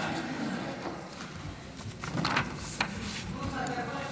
אני מתכבדת להודיעכם, כי הונחה היום על שולחן